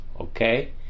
Okay